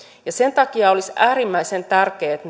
sen takia olisi äärimmäisen tärkeää että